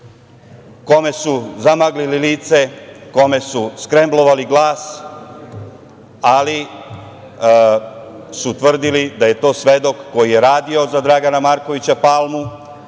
kome su zamaglili lice, kome su skrembovali glas, ali su tvrdili da je to svedok koji je radio za Dragana Markovića Palmu,